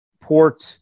ports